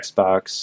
Xbox